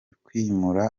kwimura